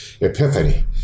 epiphany